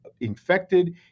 infected